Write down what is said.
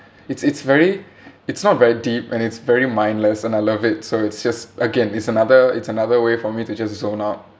it's it's very it's not very deep and it's very mindless and I love it so it's just again it's another it's another way for me to just zone out